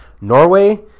Norway